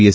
S